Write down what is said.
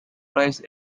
rise